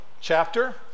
chapter